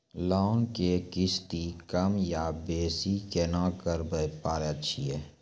Loan के किस्ती कम या बेसी केना करबै पारे छियै?